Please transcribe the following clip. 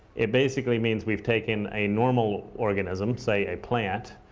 it basically means we've taken a normal organism, say a plant,